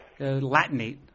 Latinate